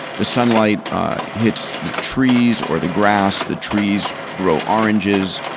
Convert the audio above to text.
the sunlight hits the trees or the grass, the trees grow oranges,